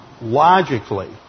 logically